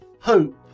hope